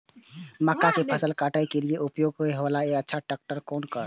मक्का के फसल काटय के लिए उपयोग होय वाला एक अच्छा ट्रैक्टर कोन हय?